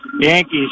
Yankees